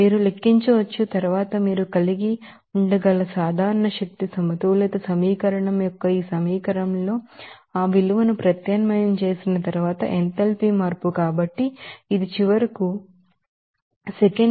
మీరు లెక్కించవచ్చు తరువాత మీరు కలిగి ఉండగల జనరల్ ఎనర్జీ బాలన్స్ సమీకరణం యొక్క ఈ సమీకరణంలో ఆ విలువను ప్రత్యామ్నాయం చేసిన తరువాత ఎంథాల్పీ మార్పు కాబట్టి ఇది చివరకు సెకనుకు మైనస్ 80